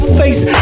face